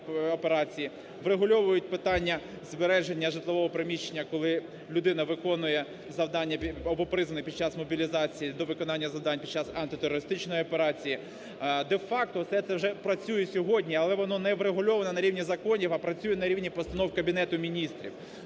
Врегульовують питання збереження житлового приміщення, коли людина виконує завдання, або призвана під час мобілізації до виконання завдань під час антитерористичної операції. Де-факто все це вже працює сьогодні, але воно не врегульовано на рівні законів, а працює на рівні постанов Кабінету Міністрів.